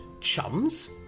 chums